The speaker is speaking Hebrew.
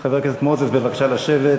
חבר הכנסת ליצמן, בבקשה לשבת.